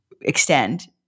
extend